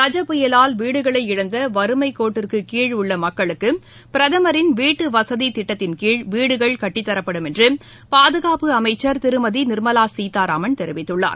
கஜ புயலால் வீடுகளை இழந்த வறுமைக் கோட்டிற்கு கீழ உள்ள மக்குளுக்கு பிரதமரின் வீட்டு வசதித் திட்டத்தின்கீழ் வீடுகள் கட்டித் தரப்படும் என்று பாதுகாப்பு அமைச்சா் திருமதி நிர்மலா சீதாராமன் தெரிவித்துள்ளார்